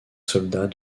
soldats